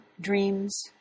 dreams